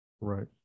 Right